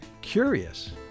curious